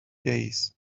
days